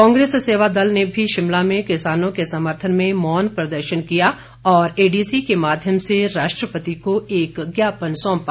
कांग्रेस सेवादल ने भी शिमला में किसानों के सर्मथन में मौन प्रदर्शन किया और एडीसी के माध्यम से राष्ट्रपति को एक ज्ञापन सौंपा